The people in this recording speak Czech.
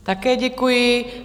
Také děkuji.